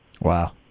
Wow